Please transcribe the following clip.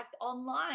online